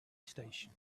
station